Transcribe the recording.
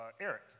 Eric